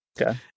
Okay